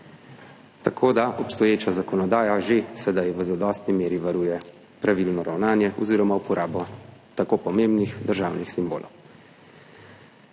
tako da obstoječa zakonodaja že sedaj v zadostni meri varuje pravilno ravnanje oziroma uporabotako pomembnih državnih simbolov.